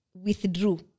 withdrew